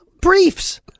Briefs